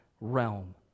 realm